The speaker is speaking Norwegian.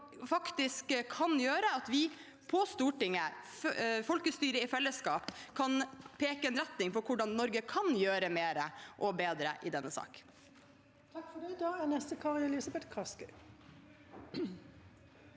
kan gjøre at vi på Stortinget, folkestyret i fellesskap, kan peke en retning for hvordan Norge kan gjøre mer og bedre i denne saken.